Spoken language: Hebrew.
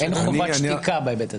אין חובת שתיקה בהיבט הזה.